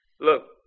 look